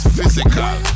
Physical